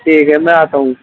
ٹھیک ہے میں آتا ہوں